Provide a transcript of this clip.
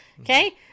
Okay